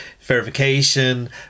verification